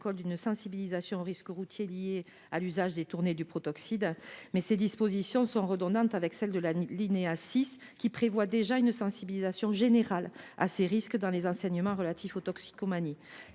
par une sensibilisation au risque routier lié à l’usage détourné du protoxyde. Or ces dispositions seraient redondantes avec celle de l’alinéa 6, qui prévoit déjà une sensibilisation générale à ces risques dans les enseignements relatifs aux toxicomanies.